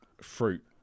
fruit